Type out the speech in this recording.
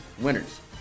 winners